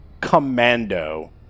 Commando